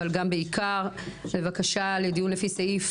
אבל גם בעיקר בבקשה לדיון לפי סעיף